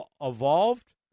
evolved